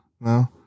No